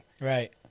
Right